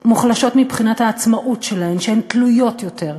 מוחלשות מבחינת העצמאות שלהן, שהן תלויות יותר,